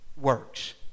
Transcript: works